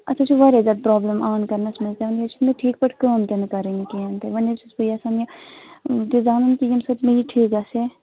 اتھ حظ چھُ واریاہ زیادٕ پرٛابلِم آن کَرنَس منٛز یہِ چھُنہٕ ٹھیٖک پٲٹھۍ کٲم تہِ نہَ کَرانٕے کِہیٖنٛۍ تہِ وۅنۍ حظ چھَس بہٕ یَژھان یہِ تہِ زانہٕ نہٕ ییٚمہِ سٍتۍ مےٚ یہِ ٹھیٖک گژھِ